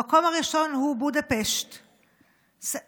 המקום הראשון הוא בודפשט בהונגריה,